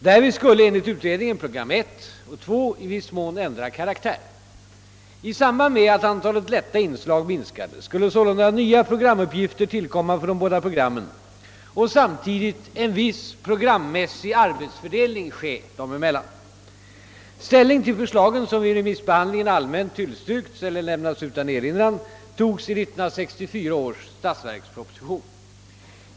Därvid skulle enligt utredningen program 1 och 2 i viss mån ändra karaktär. I samband med att antalet lätta inslag minskade, skulle sålunda nya programuppgifter tillkomma för båda programmen och samtidigt en viss programmässig arbetsfördelning ske mellan dessa. Ställning till förslagen — som vid remissbehandlingen allmänt tillstyrkts eller lämnats utan erinran — togs i 1964 års statsverksproposition.